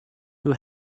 who